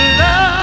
love